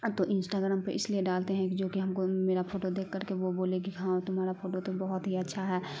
تو انسٹاگرام پہ اس لیے ڈالتے ہیں کہ جو کہ ہم کو میرا فوٹو دیکھ کر کے وہ بولے کہ ہاں تمہارا پھوٹو تو بہت ہی اچھا ہے